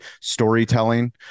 storytelling